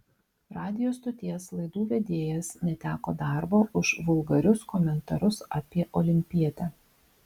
radijo stoties laidų vedėjas neteko darbo už vulgarius komentarus apie olimpietę